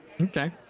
Okay